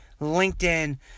LinkedIn